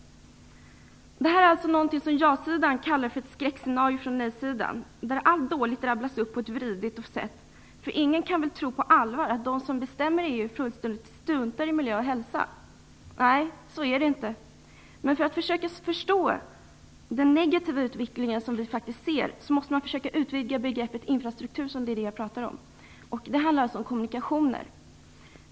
Det här är någonting som ja-sidan kallar för ett skräckscenario från nej-sidan, där allt dåligt rabblas upp på ett förvridet sätt, för ingen kan väl på allvar tro att de som bestämmer i EU fullständigt struntar i miljö och hälsa? Nej, så är det inte, men för att förstå den negativa utveckling som vi faktiskt ser måste man försöka utvidga begreppet infrastruktur, som är det jag pratar om. Det handlar alltså om kommunikationer.